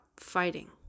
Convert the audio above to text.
fighting